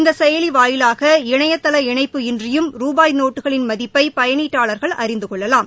இந்த செயலி வாயிலாக இணைதள இணைப்பு இன்றியும் ரூபாய் நோட்டுகளின் மதிப்பை பயனீட்டாளர்கள் அறிந்து கொள்ளலாம்